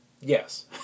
Yes